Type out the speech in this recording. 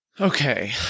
Okay